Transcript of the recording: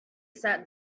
sat